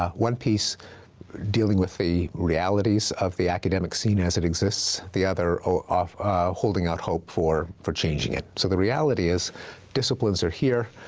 ah one piece dealing with the realities of the academic scene as it exists, the other of holding out hope for for changing it. so the reality is disciplines are here.